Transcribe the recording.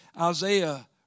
Isaiah